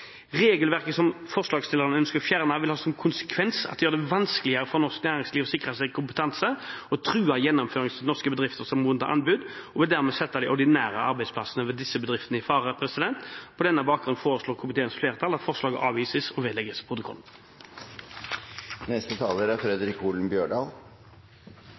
Regelverket som forslagsstillerne ønsker å fjerne, vil ha som konsekvens at det gjør det vanskeligere for norsk næringsliv å sikre seg kompetanse, i tillegg til at det vil true gjennomføringsevnen til norske bedrifter som har vunnet anbud, og dermed vil sette de ordinære arbeidsplassene ved disse bedriftene i fare. På denne bakgrunn foreslår komiteens flertall at forslaget avvises – og vedlegges protokollen.